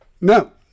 no